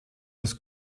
das